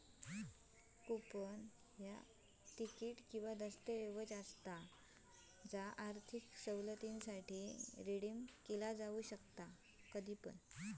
coupon ह्या ticket किंवा दस्तऐवज असा ज्या आर्थिक सवलतीसाठी रिडीम केला जाऊ शकता